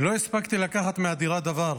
לא הספקתי לקחת מהדירה דבר,